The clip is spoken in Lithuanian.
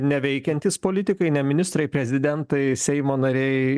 neveikiantys politikai ne ministrai prezidentai seimo nariai